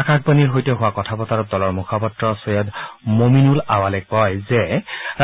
আকাশবাণীৰ সৈতে হোৱা কথা বতৰাত দলৰ মুখপাত্ৰ ছৈয়দ মমিনুল আৱলে কয় যে